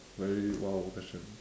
very !wow! question